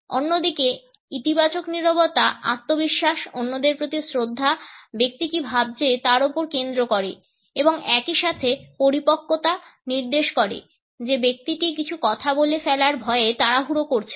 অন্যদিকে ইতিবাচক নীরবতা আত্মবিশ্বাস অন্যদের প্রতি শ্রদ্ধা ব্যক্তি কী ভাবছে তার উপর কেন্দ্র করে এবং একই সাথে পরিপক্কতা নির্দেশ করে যে ব্যক্তিটি কিছু কথা বলে ফেলার ভয়ে তাড়াহুড়ো করছে না